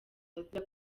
azira